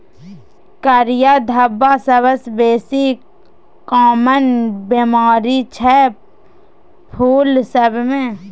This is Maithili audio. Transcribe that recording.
करिया धब्बा सबसँ बेसी काँमन बेमारी छै फुल सब मे